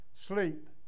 sleep